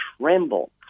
tremble